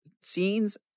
scenes